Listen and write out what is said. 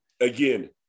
again